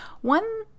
One